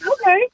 okay